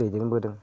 दैदेनबोदों